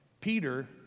Peter